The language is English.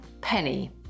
Penny